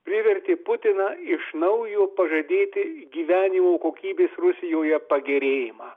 privertė putiną iš naujo pažadėti gyvenimo kokybės rusijoje pagerėjimą